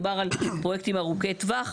מדובר על פרויקטים ארוכי טווח,